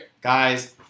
Guys